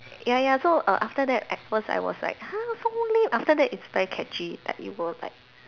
ya ya so err after that at first I was like !huh! so lame but after that it's very catchy like you will like